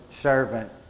servant